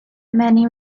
many